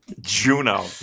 Juno